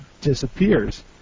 disappears